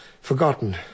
forgotten